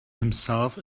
himself